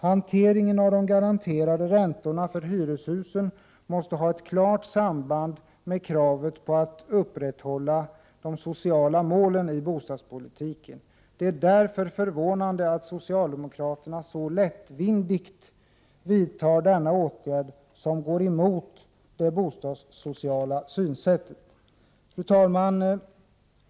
Hanteringen av de garanterade räntorna för hyreshusen måste ha ett klart samband med kravet på ett upprätthållande av de sociala målen i bostadspolitiken. Det är därför förvånande att socialdemokraterna så lättvindigt vidtar denna åtgärd som går emot det bostadssociala synsättet. Fru talman!